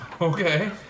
Okay